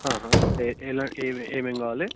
ఎ ఎలా ఏవే ఏమేమి కావాలి